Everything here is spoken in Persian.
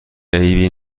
عیبی